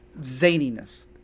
zaniness